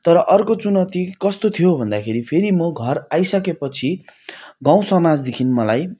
तर अर्को चुनौती कस्तो थियो भन्दाखेरि फेरि म घर आइसके पछि गाउँ समाजदेखि मलाई